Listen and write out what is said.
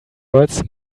words